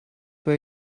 were